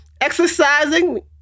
exercising